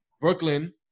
Brooklyn